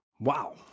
Wow